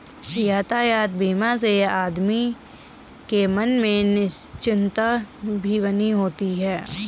यातायात बीमा से आदमी के मन में निश्चिंतता भी बनी होती है